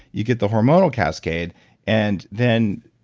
you get the hormonal cascade and then.